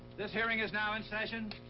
this hearing is now in session,